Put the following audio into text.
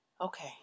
okay